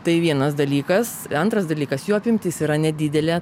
tai vienas dalykas antras dalykas jo apimtis yra nedidelė